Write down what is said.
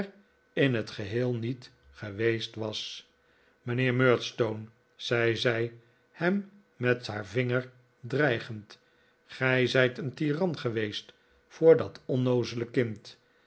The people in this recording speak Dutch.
in het geheel niet geweest was mijnheer murdstone zei zij hem met haar vinger dreigend gij zijt een tiran geweest voor dat onnoozele kind